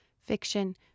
fiction